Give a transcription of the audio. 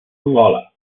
angola